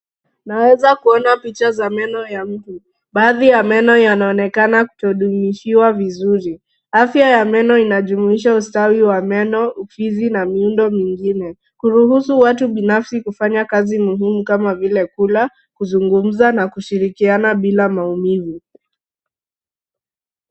Naweza kuona picha za meno ya mtu. Baadhi ya meno yanaonekana kutodumishiwa vizuri. Afya ya meno unajumuisha ustawi wa meno, fizi na miundo mingine. Huruhusu watu binafsi kufanya kazi muhimu kama vile kula, kuzugumza na kushirikiana bila maumivu.